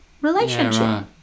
relationship